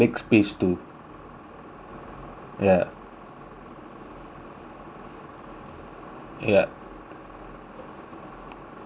ya ya